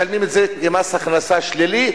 משלמים את זה במס הכנסה שלילי,